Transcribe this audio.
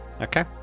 Okay